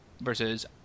versus